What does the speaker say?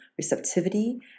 receptivity